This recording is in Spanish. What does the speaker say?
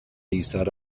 izar